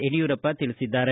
ಯಡಿಯೂರಪ್ಪ ತಿಳಿಸಿದ್ದಾರೆ